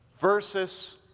versus